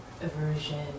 aversion